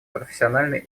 профессиональный